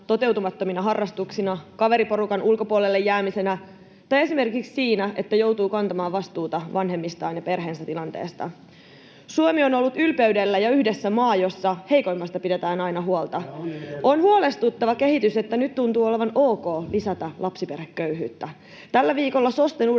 Suomi on ollut ylpeydellä ja yhdessä maa, jossa heikoimmista pidetään aina huolta. [Ben Zyskowicz: Ja on edelleen!] On huolestuttava kehitys, että nyt tuntuu olevan ok lisätä lapsiperheköyhyyttä. Tällä viikolla SOSTEn uudet